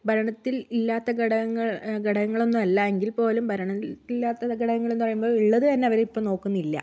ഭരണത്തിൽ ഇല്ലാത്ത ഘടകങ്ങൾ ഘടകങ്ങളൊന്നും അല്ല എങ്കിൽപ്പോലും ഭരണം ഇല്ലാത്ത ഘടകങ്ങൾ എന്നു പറയുമ്പോൾ ഉളളത് തന്നെ അവരിപ്പോൾ നോക്കുന്നില്ല